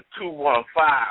two-one-five